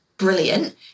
brilliant